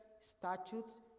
statutes